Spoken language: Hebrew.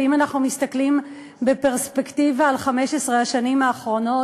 ואם אנחנו מסתכלים בפרספקטיבה על 15 השנים האחרונות,